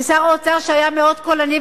ושר האוצר שהיה מאוד קולני,